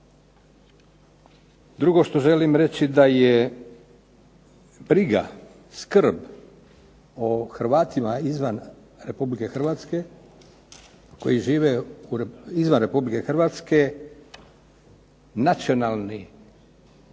Drugo što želim reći da je briga, skrb o Hrvatima izvan Republike Hrvatske koji žive izvan Republike Hrvatske nacionalna